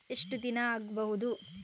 ಎಷ್ಟು ದಿನ ಆಗ್ಬಹುದು?